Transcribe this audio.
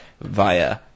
via